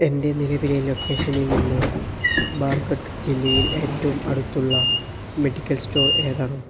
എൻ്റെ നിലവിലെ ലൊക്കേഷനിൽ നിന്ന് ബാർഗഢ് ജില്ലയിൽ ഏറ്റവും അടുത്തുള്ള മെഡിക്കൽ സ്റ്റോർ ഏതാണ്